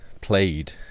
played